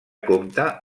compta